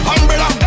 Umbrella